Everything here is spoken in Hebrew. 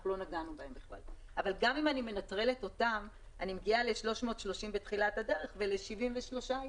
אנחנו לא נגענו בהם בכלל אני מגיעה ל-330 בתחילת הדרך ול-73 היום.